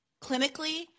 clinically